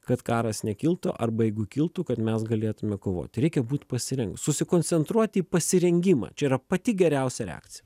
kad karas nekiltų arba jeigu kiltų kad mes galėtume kovoti reikia būti pasirink susikoncentruoti į pasirengimą čia yra pati geriausia reakcija